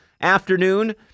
afternoon